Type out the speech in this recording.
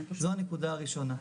זו הנקודה הראשונה.